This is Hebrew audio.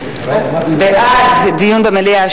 בעד דיון במליאה,